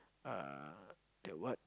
uh the what